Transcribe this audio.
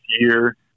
year